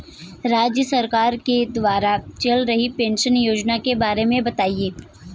राज्य सरकार द्वारा चल रही पेंशन योजना के बारे में बताएँ?